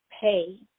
pay